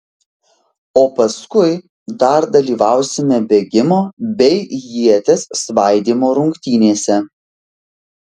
o paskui dar dalyvausime bėgimo bei ieties svaidymo rungtynėse